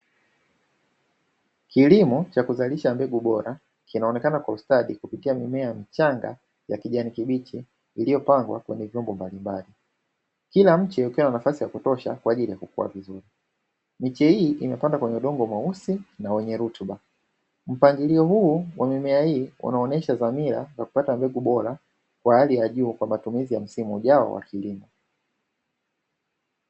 Kilimo cha kuzalisha mbegu bora kinaonekana kwa ustadi kupitia mimea michanga ya kijani kibichi iliyopandwa kwenye vyombo mbalimbali, kila mche ukiwa na nafasi ya kutosha kwa ajili ya kukua vizuri. Miche hiyo imepandwa kwenye udongo mweusi wenye rutuba, Mpangilio huu wa mimea hii unaonesha dhamira ya kupata mbegu zenye ubora wa hali ya juu kwa matumizi ya msimu ujao wa kilimo.